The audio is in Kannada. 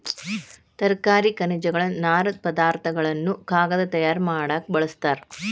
ತರಕಾರಿ ಖನಿಜಗಳನ್ನ ನಾರು ಪದಾರ್ಥ ಗಳನ್ನು ಕಾಗದಾ ತಯಾರ ಮಾಡಾಕ ಬಳಸ್ತಾರ